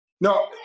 No